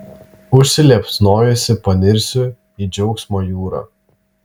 užsiliepsnojusi panirsiu į džiaugsmo jūrą